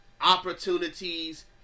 opportunities